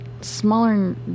smaller